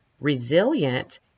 resilient